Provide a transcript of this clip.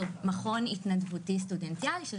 מכון עומק הוא מכון התנדבותי סטודנטיאלי של